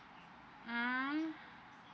mm